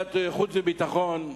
לוועדת החוץ והביטחון,